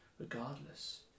regardless